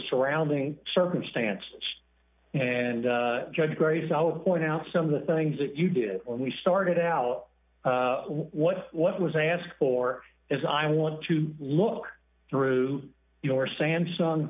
surrounding circumstances and judge grace i'll point out some of the things that you did when we started out what what was asked for is i want to look through your samsung